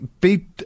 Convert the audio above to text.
beat